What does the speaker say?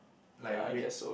like red